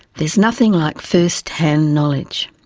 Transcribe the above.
there's nothing like first-hand knowledge.